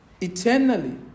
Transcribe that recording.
eternally